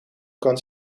kan